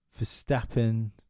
verstappen